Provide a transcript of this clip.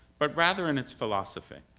but rather in its philosophy.